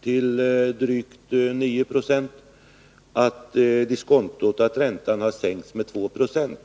till drygt 9 20 och att räntan har sänkts med 2 90.